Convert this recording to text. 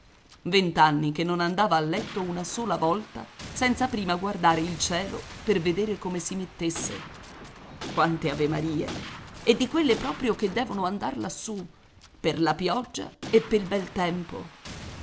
vent'anni che non andava a letto una sola volta senza prima guardare il cielo per vedere come si mettesse quante avemarie e di quelle proprio che devono andar lassù per la pioggia e pel bel tempo